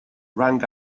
rang